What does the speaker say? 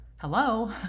Hello